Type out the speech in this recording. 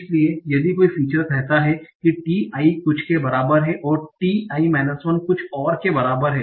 इसलिए यदि कोई फीचर कहता है कि t i कुछ के बराबर है और t i 1 कुछ और के बराबर है